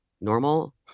normal